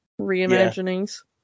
reimaginings